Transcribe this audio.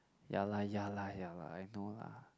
ya lah ya lah ya lah I know lah